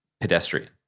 pedestrian